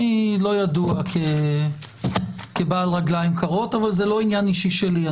אני לא ידוע כבעל רגליים קרות אבל זה לא עניין אישי שלי.